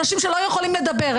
אנשים שלא יכולים לדבר.